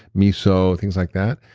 miso things like that.